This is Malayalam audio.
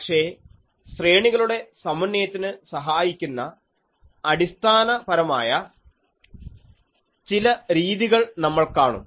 പക്ഷേ ശ്രേണികളുടെ സമന്വയത്തിന് സഹായിക്കുന്ന അടിസ്ഥാനപരമായ ചില രീതികൾ നമ്മൾ കാണും